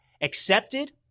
accepted